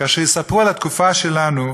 כאשר יספרו על התקופה שלנו,